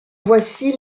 voici